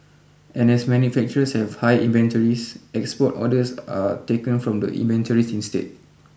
and as manufacturers have high inventories export orders are taken from the inventories instead